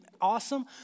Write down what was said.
awesome